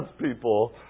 people